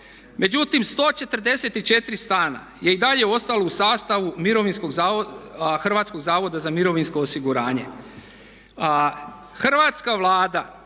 Međutim, 144 stana je i dalje ostalo u sastavu Hrvatskog zavoda za mirovinsko osiguranje a hrvatska Vlada